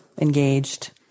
engaged